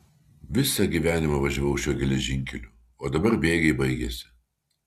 visą gyvenimą važiavau šiuo geležinkeliu o dabar bėgiai baigėsi